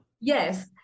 yes